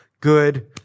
good